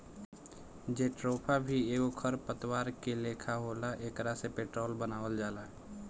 jatropha भी एगो खर पतवार के लेखा होला एकरा से पेट्रोल बनावल जाला